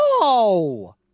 No